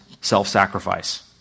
self-sacrifice